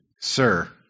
sir